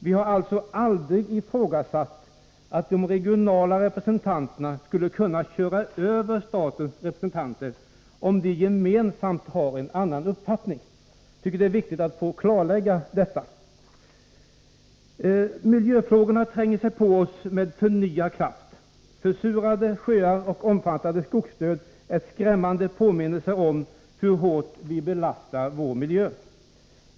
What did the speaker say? Vi har aldrig ifrågasatt att de regionala representanterna skulle kunna ”köra över” statens representanter, om de gemensamt har en avvikande mening. Det är viktigt att få detta klarlagt. Miljöfrågorna tränger sig på oss med förnyad kraft. Försurade sjöar och omfattande skogsdöd är skrämmande påminnelser om hur hårt vi belastar vår miljö.